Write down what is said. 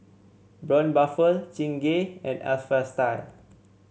Braun Buffel Chingay and Alpha Style